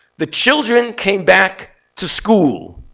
the children came back to school.